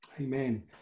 Amen